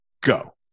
go